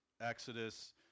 Exodus